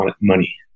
money